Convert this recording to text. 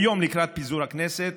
היום לקראת פיזור הכנסת